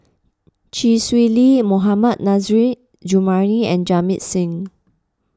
Chee Swee Lee Mohammad Nurrasyid Juraimi and Jamit Singh